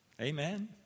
Amen